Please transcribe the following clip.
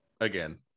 again